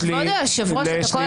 יפעת שאשא ביטון היושבת לימינך,